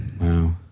wow